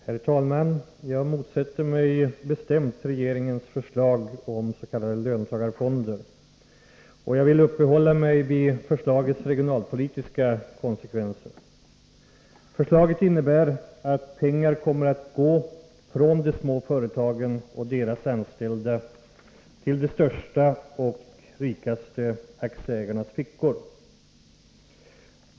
Herr talman! Jag motsätter mig bestämt regeringens förslag om s.k. löntagarfonder. Jag vill uppehålla mig vid förslagets regionalpolitiska konsekvenser. Förslaget innebär att pengar kommer att gå från de små företagen och deras anställda till de största och rikaste aktieägarnas fickor.